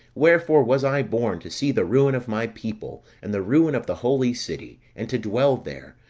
wherefore was i born to see the ruin of my people, and the ruin of the holy city, and to dwell there,